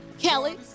Kelly